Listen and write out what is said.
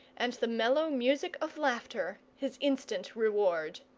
and the mellow music of laughter his instant reward.